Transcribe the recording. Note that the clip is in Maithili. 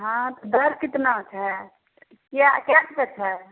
हँ दर कतना छै कै कै रुपै छै